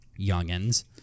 youngins